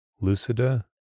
Lucida